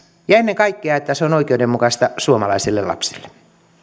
ja ennen kaikkea siten että se on oikeudenmukaista suomalaisille lapsille